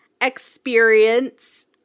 experience